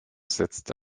setzte